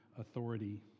authority